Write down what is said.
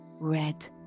red